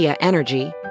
Energy